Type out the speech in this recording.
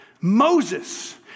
Moses